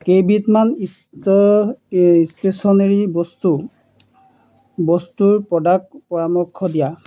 কেইবিধমান ইষ্ট ইষ্টেশ্যনেৰি বস্তু বস্তুৰ প্ৰডাক্ট পৰামৰ্শ দিয়া